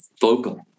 vocal